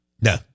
No